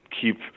keep